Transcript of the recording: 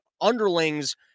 underlings